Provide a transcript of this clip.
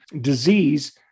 disease